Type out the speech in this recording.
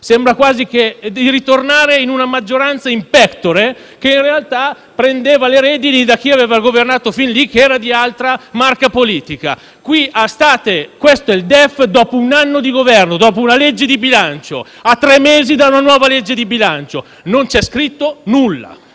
sembra quasi di ritornare a quella maggioranza *in pectore* che in realtà prendeva le redini da chi aveva governato fino a quel momento e che era di altra marca politica. Questo è il DEF dopo un anno di governo, dopo una legge di bilancio e a tre mesi da una nuova legge di bilancio: non c'è scritto nulla.